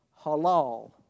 halal